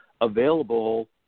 available